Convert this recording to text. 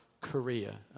Korea